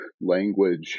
language